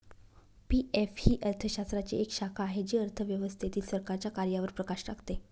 PF ही अर्थशास्त्राची एक शाखा आहे जी अर्थव्यवस्थेतील सरकारच्या कार्यांवर प्रकाश टाकते